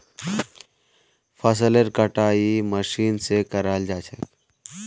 फसलेर कटाई मशीन स कराल जा छेक